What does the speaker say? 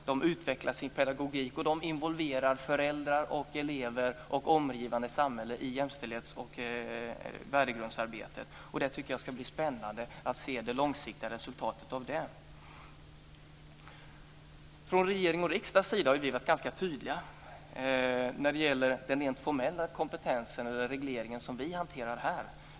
De utvecklar sin pedagogik och involverar föräldrar och elever och det omgivande samhället i jämställdhetsoch värdegrundsarbetet. Det ska bli spännande att se det långsiktiga resultatet av det. Från regering och riksdag har vi varit ganska tydliga när det gäller den rent formella kompetens eller reglering som vi hanterar här.